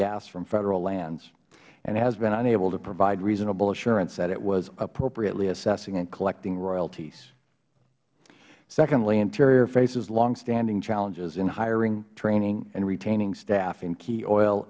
gas from federal lands and has been unable to provide reasonable assurance that it was appropriately assessing and collecting royalties secondly interior faces longstanding challenges in hiring training and retaining staff in key oil